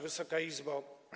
Wysoka Izbo!